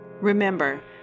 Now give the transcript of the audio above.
Remember